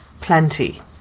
plenty